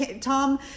Tom